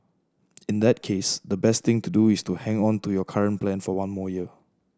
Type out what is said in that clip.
in that case the best thing to do is to hang on to your current plan for one more year